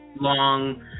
long